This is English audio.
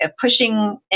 pushing